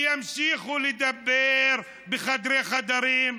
והם ימשיכו לדבר בחדרי חדרים.